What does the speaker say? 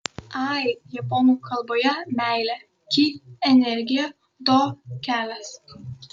ai japonų kalboje meilė ki energija do kelias